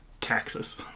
taxes